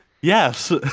Yes